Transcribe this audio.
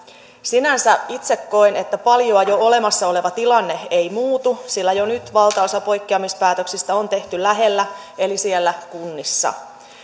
sinänsä itse koen että paljoa jo olemassa oleva tilanne ei muutu sillä jo nyt valtaosa poikkeamispäätöksistä on tehty lähellä eli siellä kunnissa